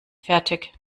fertig